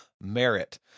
merit